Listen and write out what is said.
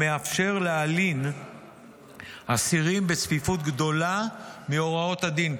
המאפשר להלין אסירים בצפיפות גדולה מהוראות הדין.